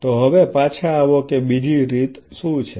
તો હવે પાછા આવો કે બીજી રીત શું છે